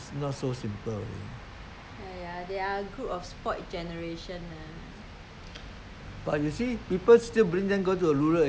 throw them in some I mean charity thing let them go and experience those those those those those hard work let them go and pick up some